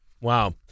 Wow